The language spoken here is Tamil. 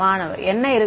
மாணவர் என்ன இருக்கும்